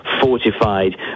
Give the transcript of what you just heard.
fortified